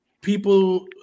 people